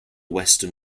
western